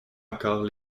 encore